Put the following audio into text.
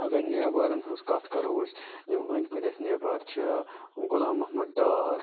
اگر نیبَرَن ہٕنٛز کتھ کَرو أسۍ یِم أنٛدۍ پٔتۍ اَسہ نیبَر چھِ غلام مُحمد ڈار